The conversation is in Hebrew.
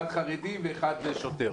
אחד חרדי ואחד שוטר.